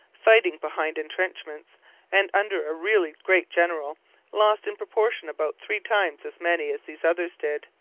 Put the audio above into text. fighting behind entrenchments and under a really great general lost in proportion about three times as many as these others did,